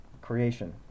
creation